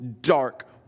dark